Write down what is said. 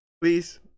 Please